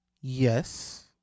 Yes